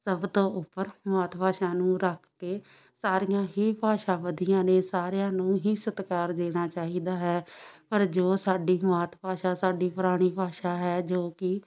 ਸਭ ਤੋਂ ਉੱਪਰ ਮਾਤ ਭਾਸ਼ਾ ਨੂੰ ਰੱਖ ਕੇ ਸਾਰੀਆਂ ਹੀ ਭਾਸ਼ਾ ਵਧੀਆ ਨੇ ਸਾਰਿਆਂ ਨੂੰ ਹੀ ਸਤਿਕਾਰ ਦੇਣਾ ਚਾਹੀਦਾ ਹੈ ਪਰ ਜੋ ਸਾਡੀ ਮਾਤ ਭਾਸ਼ਾ ਸਾਡੀ ਪੁਰਾਣੀ ਭਾਸ਼ਾ ਹੈ ਜੋ ਕਿ